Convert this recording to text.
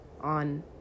on